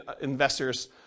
investors